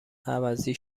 عوضی